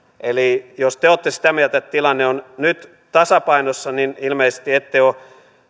eli jos te te olette sitä mieltä että tilanne on nyt tasapainossa niin ilmeisesti ette ole